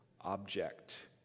object